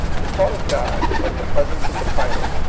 the thought of god, like the presence of the pilot,